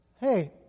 Hey